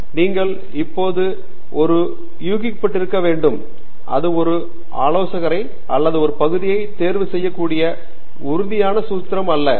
டங்கிராலா நீங்கள் இப்போது ஒரு யூகிக்கப்பட்டிருக்க வேண்டும் அது ஒரு ஆலோசனையாளரை அல்லது ஒரு பகுதியைத் தேர்வு செய்யக் கூடிய உறுதியான சூத்திரம் இல்லை